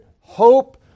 hope